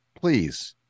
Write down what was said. please